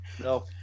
No